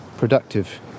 Productive